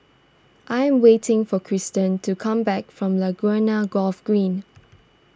I am waiting for Kristan to come back from Laguna Golf Green